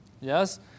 Yes